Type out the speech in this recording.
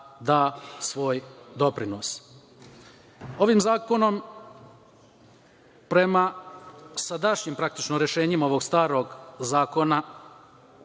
da svoj doprinos. Ovim zakonom prema sadašnjim, praktično rešenjima ovog starog zakona,